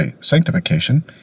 sanctification